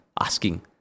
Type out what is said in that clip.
asking